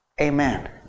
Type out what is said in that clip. amen